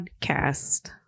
podcast